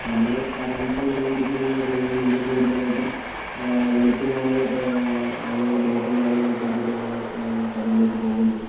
ഇപ്പം നമ്മൾ കടലിൽപ്പോയി മീൻ പിടിക്കുന്നതെന്ന് പറഞ്ഞു കഴിഞ്ഞാൽ നമ്മൾ കൂടുതലായിട്ടും വെളുപ്പിനാണ് അതായത് ബോട്ടും കാര്യങ്ങളൊക്കെ എടുത്തിട്ട് നമ്മൾ കടലിലേക്ക് പോകുന്നത്